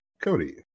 Cody